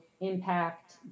impact